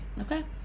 Okay